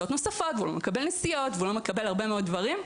ולא מקבל שעות נוספות ולא מקבל הרבה מאוד דברים.